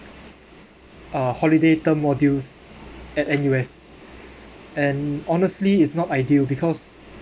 s~ uh holiday term modules at N_U_S and honestly it's not ideal because